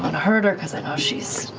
hurt her because i know she's,